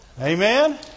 Amen